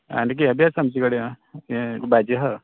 आनीक यें बी आसा आमचे कडेन आं ये भाजी हा